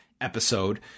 episode